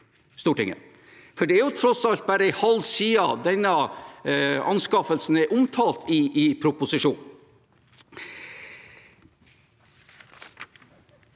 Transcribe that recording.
Stortinget. Det er tross alt bare en halv side denne anskaffelsen er omtalt på i proposisjonen.